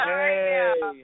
Hey